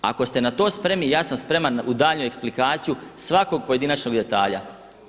Ako ste na to spremni ja sam spreman u daljnju eksplikaciju svakog pojedinačnog detalja.